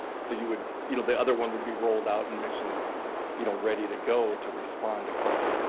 so you would you know the other one would be rolled out in mission you know ready to go to respond to calls.